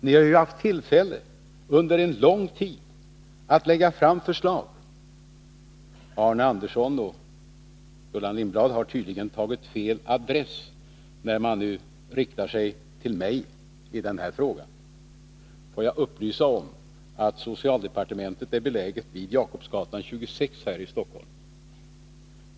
Ni har under en lång tid haft tillfälle att lägga fram förslag. Arne Andersson i Gustafs och Gullan Lindblad har tydligen tagit fel adress när de riktat sig till mig i denna fråga. Får jag upplysa om att socialdepartementet är beläget vid Jakobsgatan 26 här i Stockholm.